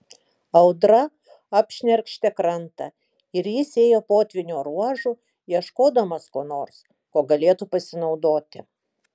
audra apšnerkštė krantą ir jis ėjo potvynio ruožu ieškodamas ko nors kuo galėtų pasinaudoti